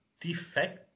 defect